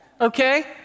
okay